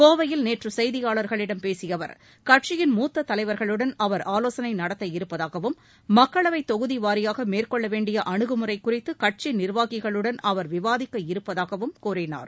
கோவையில் நேற்று செய்தியாளர்களிடம் பேசிய அவர் கட்சியின் மூத்தத் தலைவர்களுடன் அவர் ஆலோசனை நடத்த இருப்பதாகவும் மக்களவைத் தொகுதி வாரியாக மேற்கொள்ள வேண்டிய அனுகுமுறை குறித்து கட்சி நிர்வாகிகளுடன் அவர் விவாதிக்க இருப்பதாகவும் கூறினார்